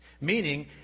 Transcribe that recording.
Meaning